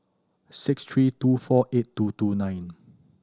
six three two four eight two two nine